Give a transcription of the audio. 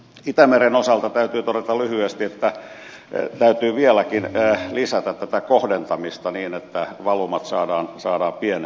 itämeren osalta täytyy todeta lyhyesti että täytyy vieläkin lisätä tätä kohdentamista niin että valumat saadaan pienemmiksi